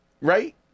Right